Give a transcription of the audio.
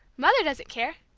mother doesn't care.